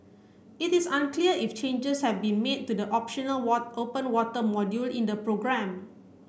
it is unclear if changes have been made to the optional open water module in the programme